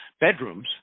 bedrooms